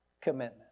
commitment